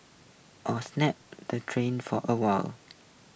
or snap the train for awhile